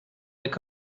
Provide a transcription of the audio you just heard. gonna